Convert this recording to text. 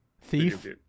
Thief